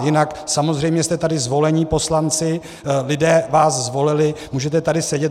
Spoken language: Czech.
Jinak samozřejmě jste tady zvolení poslanci, lidé vás zvolili, můžete tady sedět.